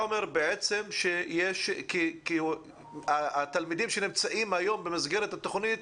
אתה בעצם אומר שהתלמידים שנמצאים היום במסגרת התוכנית,